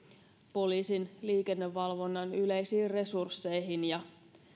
poliisin liikennevalvonnan yleisiin resursseihin ja